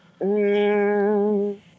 Mmm